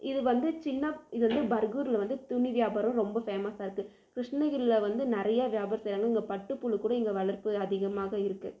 இது வந்து சின்னப் இது வந்து பர்கூரில் வந்து துணி வியாபாரம் ரொம்ப ஃபேமஸாக இருக்குது கிருஷ்ணகிரியில் வந்து நிறையா வியாபாரம் செய்கிறாங்க இங்கே பட்டுப்புழு கூட இங்கே வளர்ப்பு அதிகமாக இருக்குது